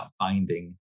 finding